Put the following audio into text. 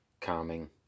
calming